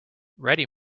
ready